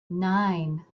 nine